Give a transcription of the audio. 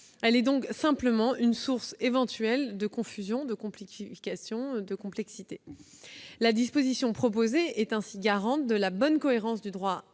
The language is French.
Elle est donc simplement une source éventuelle de confusion et de complexité. La disposition proposée à l'article 18 garantit la bonne cohérence du droit